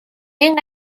این